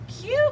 cute